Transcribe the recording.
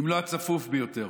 אם לא הצפוף ביותר.